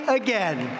again